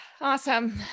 awesome